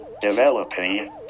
developing